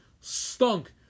stunk